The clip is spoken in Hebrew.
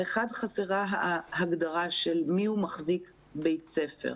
האחד, חסרה הגדרה של מיהו מחזיק בית ספר.